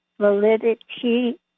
validity